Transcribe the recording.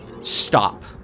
stop